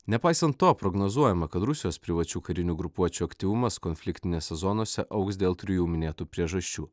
nepaisant to prognozuojama kad rusijos privačių karinių grupuočių aktyvumas konfliktinėse zonose augs dėl trijų minėtų priežasčių